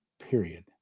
Period